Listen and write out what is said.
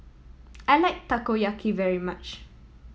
I like Takoyaki very much